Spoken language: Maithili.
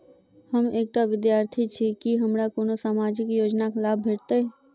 हम एकटा विद्यार्थी छी, की हमरा कोनो सामाजिक योजनाक लाभ भेटतय?